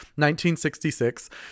1966